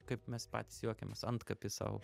kaip mes patys juokiamės antkapį sau